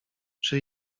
czy